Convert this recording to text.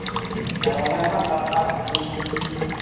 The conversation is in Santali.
ᱟᱫᱚ ᱚᱱᱮ ᱚᱱᱟ ᱥᱟᱨᱦᱟᱣ ᱩᱱ